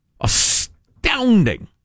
Astounding